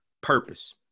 purpose